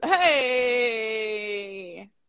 Hey